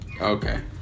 Okay